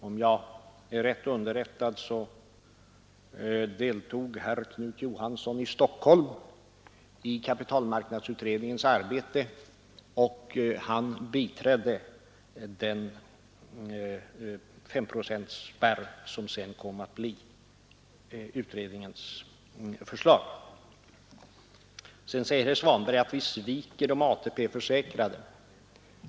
Om jag är rätt underrättad deltog herr Knut Johansson i Stockholm i kapitalmarknadsutredningens arbete, och han biträdde den S-procentsspärr som sedan kom att bli utredningens förslag. Så säger herr Svanberg att vi sviker de ATP-försäkrade.